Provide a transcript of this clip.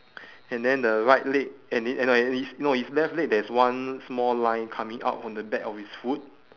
and then the right leg and it and no his no his left leg there is one small line coming out from the back of his foot